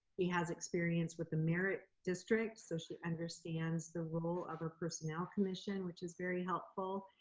she has experience with the merit district so she understands the role of a personnel commision which is very helpful.